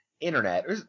internet